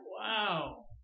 Wow